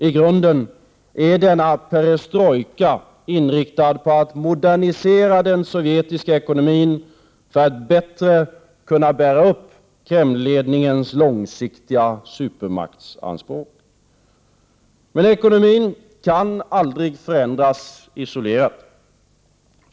I grunden är denna perestrojka inriktad på att modernisera den sovjetiska ekonomin för att bättre kunna bära upp Kremlledningens långsiktiga supermaktsanspråk. Men ekonomin kan aldrig förändras isolerat.